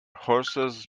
horses